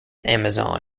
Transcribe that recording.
amazon